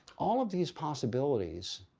all of these possibilities,